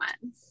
one